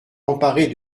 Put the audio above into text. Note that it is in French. emparée